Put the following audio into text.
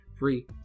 Free